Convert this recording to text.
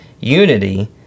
unity